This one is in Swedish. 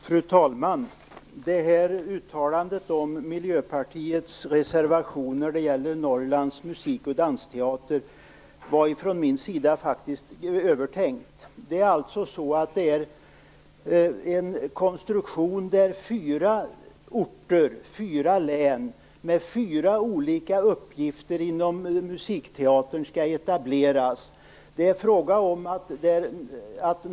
Fru talman! Mitt uttalande om Miljöpartiets reservation när det gäller Norrlands Musik och dansteater var faktiskt övertänkt. Det är fråga om en konstruktion där fyra orter i fyra län med fyra olika uppgifter inom musikteatern skall etableras.